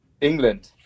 England